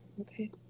Okay